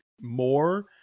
more